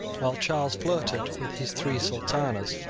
while charles. flirted with his three sultanas,